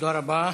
תודה רבה.